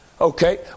Okay